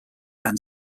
and